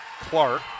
Clark